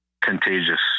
Contagious